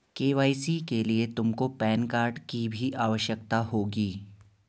KYC के लिए तुमको पैन कार्ड की भी आवश्यकता होगी